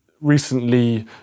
Recently